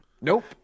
nope